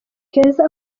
keza